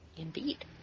Indeed